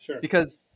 because-